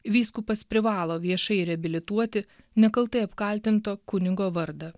vyskupas privalo viešai reabilituoti nekaltai apkaltinto kunigo vardą